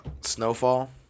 Snowfall